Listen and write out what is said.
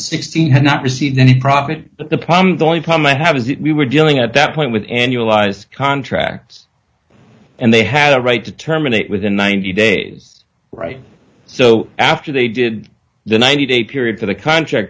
sixteen had not received any profit the problem the only problem i have is that we were dealing at that point with annualized contracts and they had a right to terminate within ninety days right so after they did the ninety day period for the contract